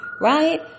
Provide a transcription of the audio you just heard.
right